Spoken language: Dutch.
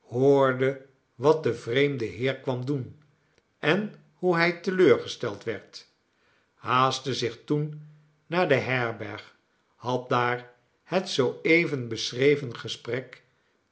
hoorde wat de vreemde heer kwam doen en hoe hij te leur gesteld werd haastte zich toen naar de herberg had daar het zoo even beschreven gesprek